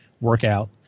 workout